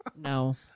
No